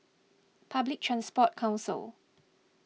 Public Transport Council